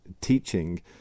teaching